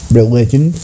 religion